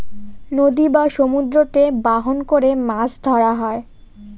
নদী বা সমুদ্রতে বাহন করে মাছ ধরা হয়